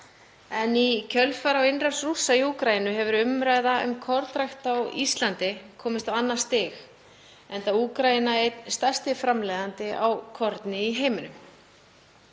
en í kjölfar innrásar Rússa í Úkraínu hefur umræða um kornrækt á Íslandi komist á annað stig enda Úkraína einn stærsti framleiðandi á korni í heiminum.